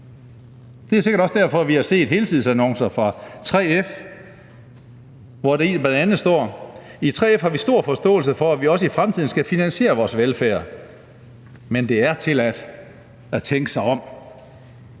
Det er sikkert også derfor, vi har set helsidesannoncer fra 3F, hvor der bl.a. står, at man i 3F har stor forståelse for, at vi også i fremtiden skal finansiere vores velfærd, men at det er tilladt at tænke sig om.